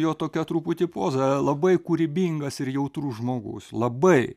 jo tokia truputį poza labai kūrybingas ir jautrus žmogus labai